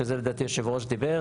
שזה לדעתי מה שהיושב ראש דיבר,